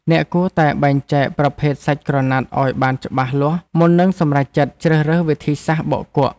អ្នកគួរតែបែងចែកប្រភេទសាច់ក្រណាត់ឱ្យបានច្បាស់លាស់មុននឹងសម្រេចចិត្តជ្រើសរើសវិធីសាស្ត្របោកគក់។